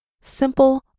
Simple